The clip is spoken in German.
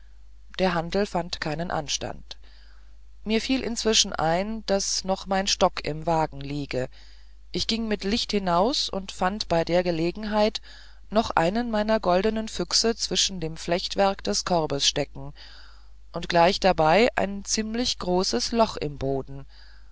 der handel fand keinen anstand mir fiel inzwischen ein daß noch mein stock im wagen liege ich ging mit licht hinaus und fand bei der gelegenheit noch einen meiner goldenen füchse zwischen dem flechtwerk des korbes stecken und gleich dabei ein ziemlich großes loch im boden